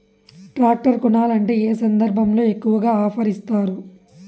Tractor కొనాలంటే ఏ సందర్భంలో ఎక్కువగా ఆఫర్ ఇస్తారు?